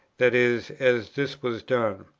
that is, as this was done.